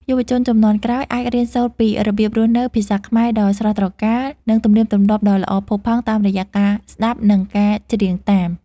យុវជនជំនាន់ក្រោយអាចរៀនសូត្រពីរបៀបរស់នៅ ភាសាខ្មែរដ៏ស្រស់ត្រកាល និងទំនៀមទម្លាប់ដ៏ល្អផូរផង់តាមរយៈការស្តាប់ និងការច្រៀងតាម។